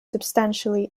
substantially